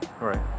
Right